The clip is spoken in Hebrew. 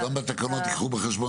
זאת אומרת שגם בתקנות ייקחו בחשבון